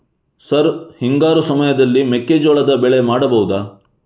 Sir ಹಿಂಗಾರು ಸಮಯದಲ್ಲಿ ಮೆಕ್ಕೆಜೋಳದ ಬೆಳೆ ಮಾಡಬಹುದಾ?